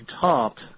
topped